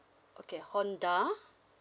okay Honda